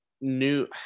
new